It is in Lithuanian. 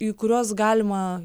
į kuriuos galima